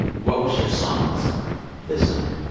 what was your song of the summer this summer?